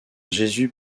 jesús